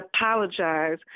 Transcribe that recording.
apologize